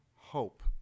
hope